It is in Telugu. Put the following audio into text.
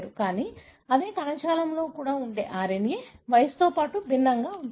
కానీ అదే కణజాలంలో కూడా ఉండే RNA వయస్సుతో అది భిన్నంగా ఉంటుంది